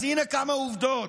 אז הינה כמה עובדות: